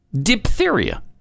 Diphtheria